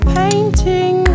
painting